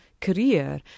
career